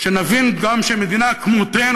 שנבין גם שמדינה כמותנו,